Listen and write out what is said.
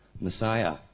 Messiah